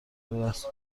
رسم